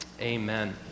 Amen